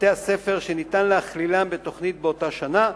בתי-הספר שניתן להכלילם בתוכנית באותה שנה,